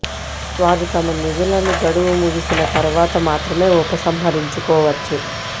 వారు తమ నిధులను గడువు ముగిసిన తర్వాత మాత్రమే ఉపసంహరించుకోవచ్చు